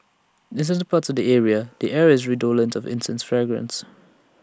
in certain parts of the area the air is redolent of incense fragrance